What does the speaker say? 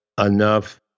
enough